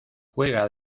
juega